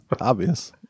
Obvious